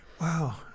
Wow